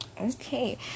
Okay